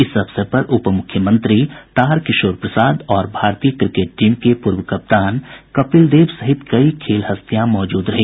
इस अवसर पर उपमुख्यमंत्री तारकिशोर प्रसाद और भारतीय क्रिकेट टीम के पूर्व कप्तान कपिल देव सहित कई खेल हस्तियां मौजूद रही